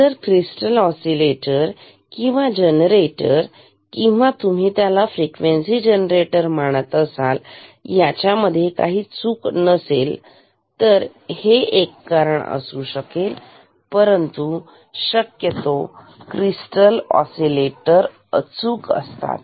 जर crystal oscillator किंवा generator किंवा तुम्ही त्याला फ्रिक्वेन्सी जनरेटर मानत असाल यांच्यामध्ये काही चूक नसेलहे एक कारण असू शकते परंतु शक्यतो क्रिस्टल ओसिलेटर हे अचूक असतात